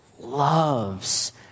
loves